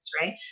right